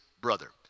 brother